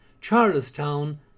Charlestown